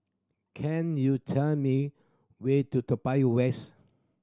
can you tell me way to Toa Payoh West